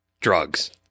drugs